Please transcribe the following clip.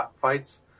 fights